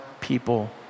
people